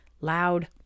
loud